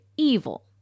evil